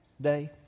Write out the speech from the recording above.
day